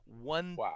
one